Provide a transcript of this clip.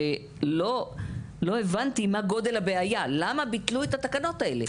ולא הבנתי מה גודל הבעיה ולמה ביטלו את התקנות האלה.